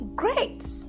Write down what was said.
great